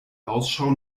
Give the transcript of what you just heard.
ausschau